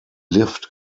lived